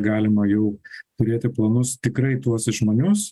galima jų turėti planus tikrai tuos išmanius